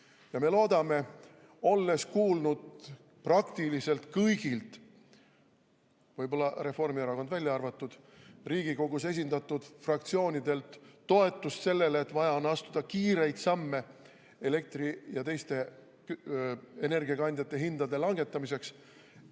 Me loodame, olles kuulnud praktiliselt kõigilt – võib-olla Reformierakond välja arvatud – Riigikogus esindatud fraktsioonidelt toetust sellele, et vaja on astuda kiireid samme elektri ja teiste energiakandjate hindade langetamiseks,